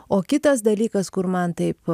o kitas dalykas kur man taip